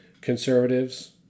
conservatives